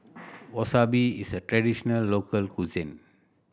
wasabi is a traditional local cuisine